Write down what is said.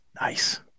Nice